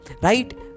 right